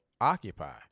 occupy